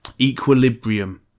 Equilibrium